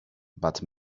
but